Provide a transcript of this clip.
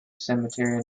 cemetery